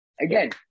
again